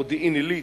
מודיעין-עילית,